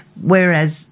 Whereas